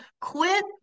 quit